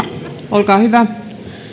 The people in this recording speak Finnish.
olkaa hyvä